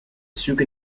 züge